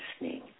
listening